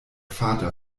vater